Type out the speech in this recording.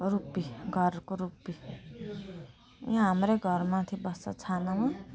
रुप्पी घरको रुप्पी यहाँ हाम्रो घर माथि बस्छ छानामा